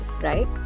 right